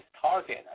target